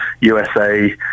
USA